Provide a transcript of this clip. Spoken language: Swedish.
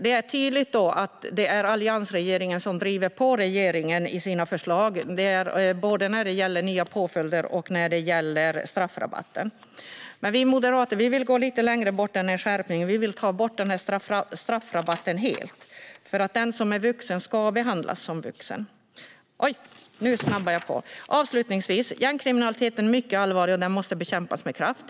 Det är tydligt att vi i Alliansen driver på regeringen med våra förslag, både när det gäller nya påföljder och när det gäller straffrabatten. Vi moderater vill dock gå längre än en skärpning. Vi vill ta bort straffrabatten helt. Den som är vuxen ska behandlas som vuxen. Avslutningsvis menar jag att gängkriminaliteten är mycket allvarlig. Den måste bekämpas med kraft.